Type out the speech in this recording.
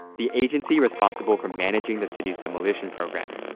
the agency responsible for managing the city's demolition program.